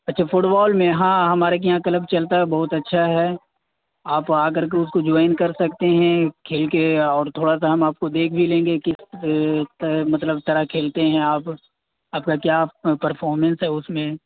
اچھا football میں ہاں ہمارے کے یہاں کلب چلتا ہے بہت اچھا ہے آپ آ کر کے اس کو جوائن کر سکتے ہیں کھیل کے اور تھوڑا سا ہم آپ کو دیکھ بھی لیں گے کس مطلب طرح کھیلتے ہیں آپ آپ کا کیا پرفارمنس ہے اس میں